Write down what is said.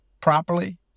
properly